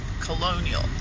colonial